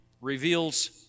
reveals